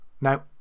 Now